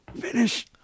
finish